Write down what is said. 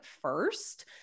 first